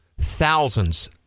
thousands